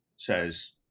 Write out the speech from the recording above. says